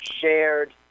shared